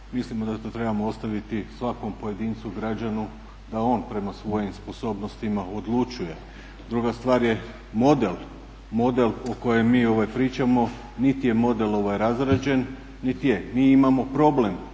Mislimo da to trebamo ostaviti svakom pojedincu, građanu da on prema svojim sposobnosti odlučuje. Druga stvar je model, model o kojem mi pričamo niti je model ovaj razrađen, niti je. Mi imamo problem